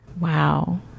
wow